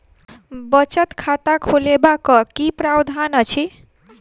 बचत खाता खोलेबाक की प्रावधान अछि?